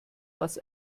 was